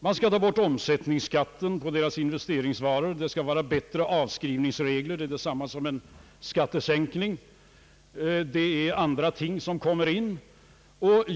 Man skall ta bort omsättningsskatten på investeringsvarorna. Det skall vara bättre avskrivningsregler. Det är detsamma som en skattesänkning. Det är andra ting som kommer in.